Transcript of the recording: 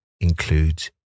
includes